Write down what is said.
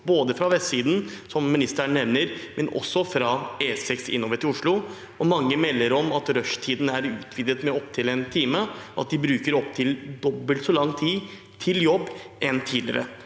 både fra vestsiden, som statsråden nevner, og også fra E6 innover til Oslo. Mange melder om at rushtiden er utvidet med opptil en time, og at de bruker opptil dobbelt så lang tid til jobb som tidligere.